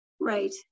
Right